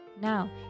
Now